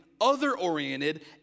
other-oriented